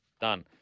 done